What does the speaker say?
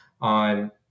on